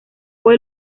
fue